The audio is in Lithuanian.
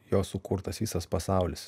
jo sukurtas visas pasaulis